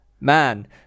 man